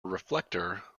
reflector